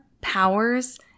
powers